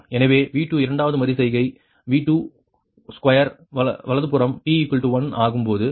எனவே V2 இரண்டாவது மறு செய்கை V22 வலதுபுறம் p 1 ஆகும்போது அது 0